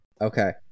Okay